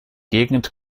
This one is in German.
gegend